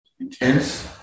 intense